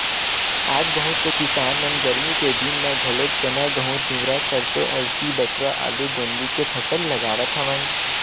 आज बहुत से किसान मन गरमी के दिन म घलोक चना, गहूँ, तिंवरा, सरसो, अलसी, बटुरा, आलू, गोंदली के फसल लगावत हवन